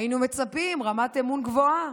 היינו מצפים לרמת אמון גבוהה,